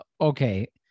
Okay